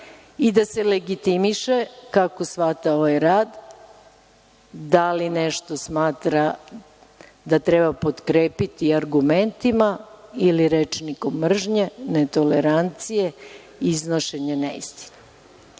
i da se legitimiše kako shvata ovaj rad, da li nešto smatra da treba potkrepiti argumentima ili rečnikom mržnje, netolerancije, iznošenje neistine. Moje